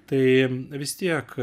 tai vis tiek